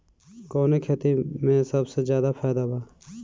कवने खेती में सबसे ज्यादा फायदा बा?